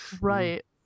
Right